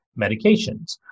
medications